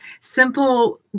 simple